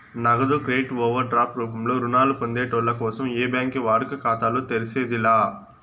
నగదు credit overdraft రూపంలో రుణాలు పొందేటోళ్ళ కోసం ఏ బ్యాంకి వాడుక ఖాతాలు తెర్సేది లా